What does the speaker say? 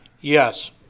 Yes